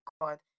God